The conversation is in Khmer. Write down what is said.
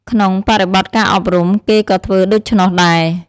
ក្នុងបរិបទការអប់រំ គេក៏ធ្វើដូច្នោះដែរ។